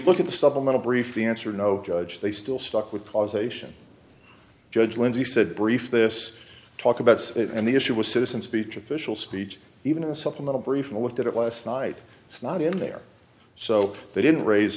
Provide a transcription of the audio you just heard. look at the supplemental brief the answer no judge they still stuck with pause ation judge lindsey said brief this talk about it and the issue was citizens beach official speech even a supplemental brief and looked at it last night it's not in there so they didn't raise